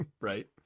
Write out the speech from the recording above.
right